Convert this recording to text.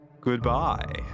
Goodbye